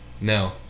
No